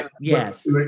yes